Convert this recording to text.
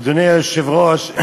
אדוני היושב-ראש,